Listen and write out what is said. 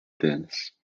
tênis